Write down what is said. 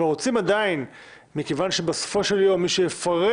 אבל מכיוון שבסופו של דבר מי שיפרש